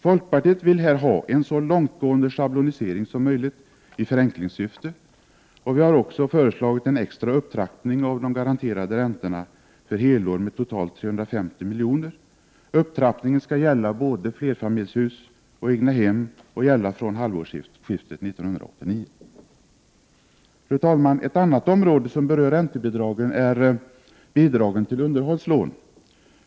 Folkpartiet vill här ha en så långtgående schablonisering som möjligt i förenklingssyfte, och vi har föreslagit en extra upptrappning av de garanterade räntorna med för helår 350 milj.kr. Upptrappningen skall gälla både flerfamiljshus och egnahem och gälla från halvårsskiftet 1989. Fru talman! Ett annat område som berör räntebidragen är bidragen till underhållslån.